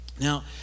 now